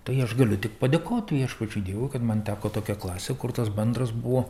tai aš galiu tik padėkoti viešpačiui dievui kad man teko tokia klasė kur tas bendras buvo